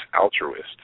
altruist